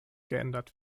geändert